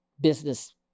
business